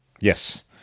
Yes